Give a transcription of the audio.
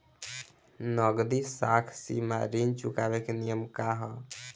नगदी साख सीमा ऋण चुकावे के नियम का ह?